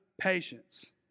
patience